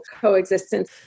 coexistence